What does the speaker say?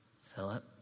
Philip